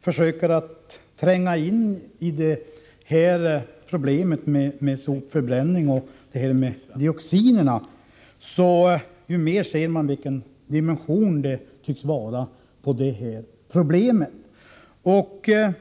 försöker att tränga in i problemet med sopförbränning och dioxiner, desto mer ser man vilken dimension problemet har.